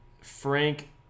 frank